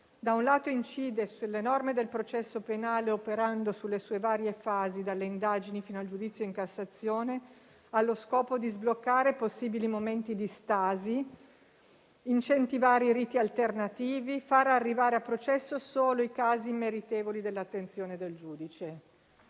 da un lato incide sulle norme del processo penale, operando sulle sue varie fasi, dalle indagini fino al giudizio in Cassazione, allo scopo di sbloccare possibili momenti di stasi, incentivare i riti alternativi, far arrivare a processo solo i casi meritevoli dell'attenzione del giudice;